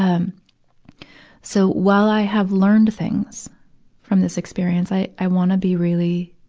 um so while i have learned things from this experience, i, i wanna be really,